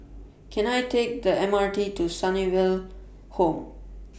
Can I Take The M R T to Sunnyville Home